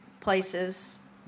places